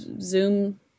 zoom